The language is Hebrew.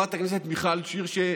חברת הכנסת מיכל שיר,